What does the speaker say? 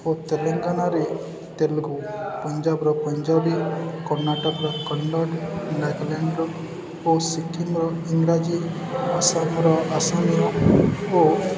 ଓ ତେଲେଙ୍ଗାନାରେ ତେଲୁଗୁ ପଞ୍ଜାବର ପଞ୍ଜାବୀ କର୍ଣ୍ଣାଟକର କନ୍ନଡ଼ ନାଗାଲ୍ୟାଣ୍ଡ ଓ ସିକକିମର ଇଂରାଜୀ ଆସାମର ଆସାମୀୟା ଓ